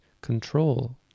control